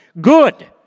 good